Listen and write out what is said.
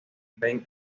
ben